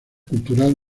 cultural